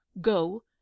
Go